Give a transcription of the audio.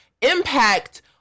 impact